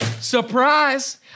Surprise